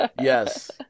Yes